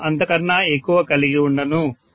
నేను అంతకన్నా ఎక్కువ కలిగి ఉండను